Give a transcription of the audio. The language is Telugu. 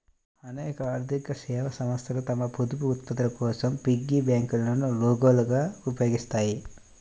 అనేక ఆర్థిక సేవా సంస్థలు తమ పొదుపు ఉత్పత్తుల కోసం పిగ్గీ బ్యాంకులను లోగోలుగా ఉపయోగిస్తాయి